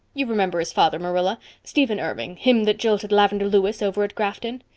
you remember his father, marilla. stephen irving, him that jilted lavendar lewis over at grafton?